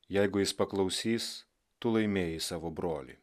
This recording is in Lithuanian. jeigu jis paklausys tu laimėjai savo brolį